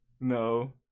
No